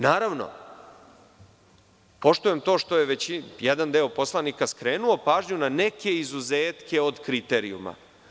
Naravno, poštujem to što je jedan deo poslanika skrenuo pažnju na neke izuzetke od kriterijuma.